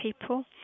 people